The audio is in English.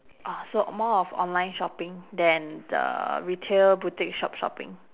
ah so more of online shopping than the retail boutique shop shopping